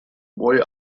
boy